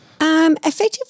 Effectively